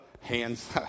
hands